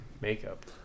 makeup